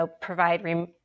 provide